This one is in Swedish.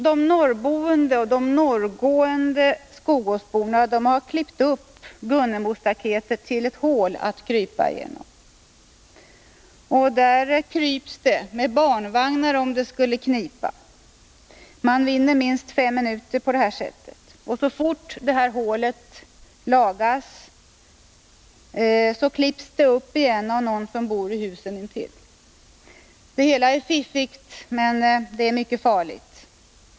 De norrboende och norrgående skogåsborna har klippt ett hål i Gunnebostaketet att krypa igenom, och man kryper fram med barnvagnar, om det skulle knipa. Man vinner minst fem minuter på detta sätt. Så fort hålet lagas klipps det upp igen av någon som bor i husen intill. Det hela är fiffigt men mycket farligt.